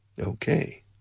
Okay